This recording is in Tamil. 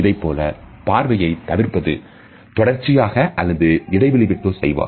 இதைப்போல பார்வையைத் தவிர்ப்பது தொடர்ச்சியாக அல்லது இடைவெளி விட்டோ செய்வர்